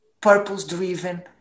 purpose-driven